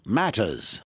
matters